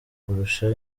kurusha